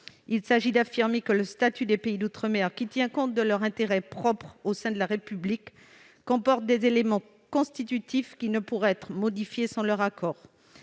Il s'agit d'affirmer que le statut des pays d'outre-mer, qui tient compte de leur intérêt propre au sein de la République, comporte des éléments constitutifs qui ne pourraient être modifiés sans leur accord.